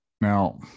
Now